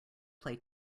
play